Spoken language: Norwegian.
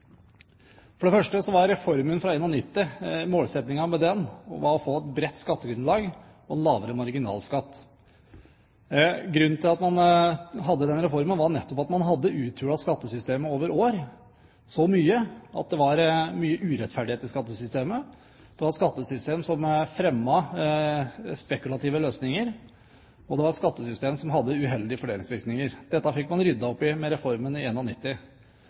For det første var målsettingen med reformen fra 1991 å få et bredt skattegrunnlag og en lavere marginalskatt. Grunnen til at man fikk den reformen, var nettopp at man hadde uthulet skattesystemet så mye over år at det var mye urettferdighet i skattesystemet. Det var et skattesystem som fremmet spekulative løsninger, og det var et skattesystem som hadde uheldige fordelingsvirkninger. Dette fikk man ryddet opp i med reformen i